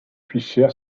fisher